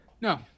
No